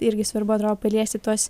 irgi svarbu atrodo paliesti tuos